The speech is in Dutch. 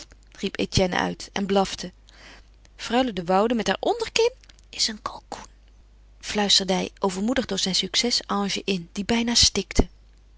uit en blafte freule de woude met haar onderkin is een kalkoen fluisterde hij overmoedig door zijn succes ange in die bijna stikte